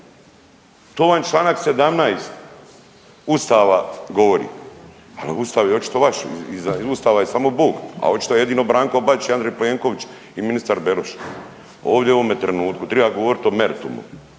To vam i čl. 17. ustava govori, al ustav je očito vaš, iza ustava je samo Bog, a očito jedino Branko Bačić i Andrej Plenković i ministar Beroš. Ovdje u ovome trenutku triba govorit o meritumu.